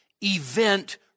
event